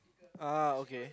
ah okay